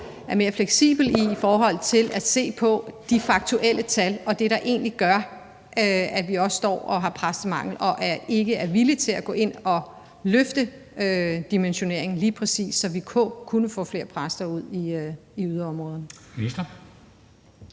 er mere fleksibel i forhold til at se på de faktuelle tal og det, der gør, at vi står og har præstemangel, og ikke er villig til at gå ind og løfte dimensioneringen, så vi lige præcis kunne få flere præster ud i yderområderne.